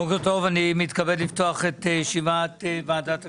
בוקר טוב, אני מתכבד לפתוח את ישיבת ועדת הכספים,